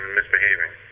misbehaving